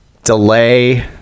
delay